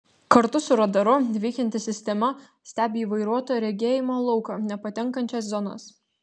kartu su radaru veikianti sistema stebi į vairuotojo regėjimo lauką nepatenkančias zonas